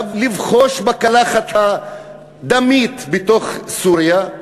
לבחוש בקלחת הדמית בתוך סוריה,